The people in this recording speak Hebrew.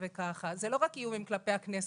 אלה לא רק איומים כלפי הכנסת,